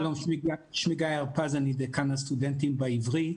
שלום, שמי גיא הרפז, אני דיקן הסטודנטים בעברית.